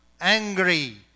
angry